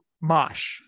Mosh